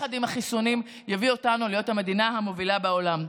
ויחד עם החיסונים זה יביא אותנו להיות המדינה המובילה בעולם.